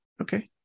Okay